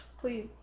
Please